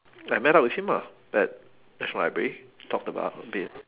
I met up with him ah at national library talk about it